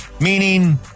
Meaning